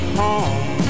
home